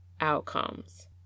outcomes